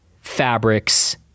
fabrics